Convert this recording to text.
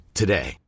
today